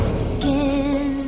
skin